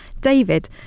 David